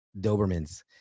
Dobermans